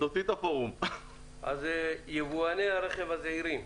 אז יבואני הרכב הזעירים.